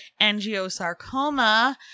angiosarcoma